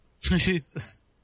Jesus